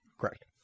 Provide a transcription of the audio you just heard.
Correct